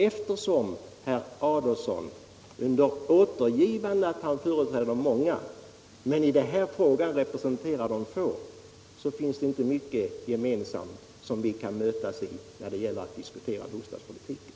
Eftersom herr Adolfsson, under återgivande av att han företräder många, i verkligheten representerar de få, så har socialdemokraterna och moderaterna helt olika intressen när det gäller utformningen av bostadspolitiken.